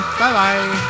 Bye-bye